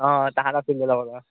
অঁ তাহাঁতক